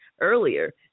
earlier